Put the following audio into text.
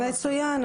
מצוין.